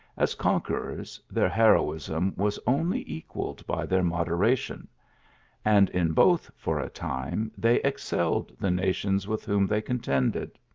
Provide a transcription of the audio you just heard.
as conquerors their heroism was only equalled by their moderation and in both, for a time, they excelled the nations with whom they contended.